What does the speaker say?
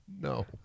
No